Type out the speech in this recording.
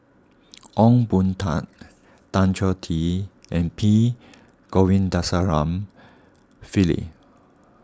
Ong Boon Tat Tan Choh Tee and P Govindasamy Pillai